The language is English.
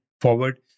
forward